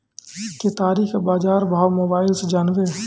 केताड़ी के बाजार भाव मोबाइल से जानवे?